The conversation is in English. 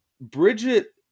bridget